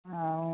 ଆଉ